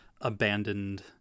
abandoned